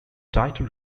title